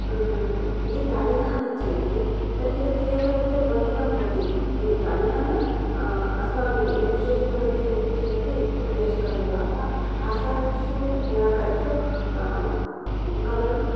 यदि प्राणिनः गच्छन्ति तर्हि तत्रैव तस्य बन्धनं भवति प्राणिनः नाम अस्माभिः मनुष्यैः गम्यते चेदपि तत्र क्लेशकरमेव अतः कासारेषु जलागारेषु गमनं